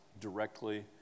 directly